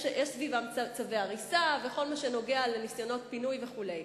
יש סביבם צווי הריסה וכל מה שנוגע לניסיונות פינוי וכו'.